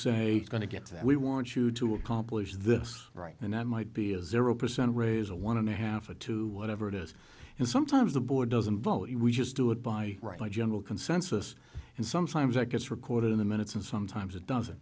say going to get that we want you to accomplish this right and that might be a zero percent raise a one and a half a two whatever it is and sometimes the board doesn't vote you just do it by right by general consensus and sometimes that gets recorded in the minutes and sometimes it doesn't